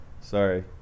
Sorry